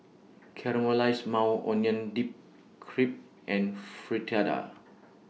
Caramelized Maui Onion Dip Crepe and Fritada